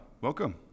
Welcome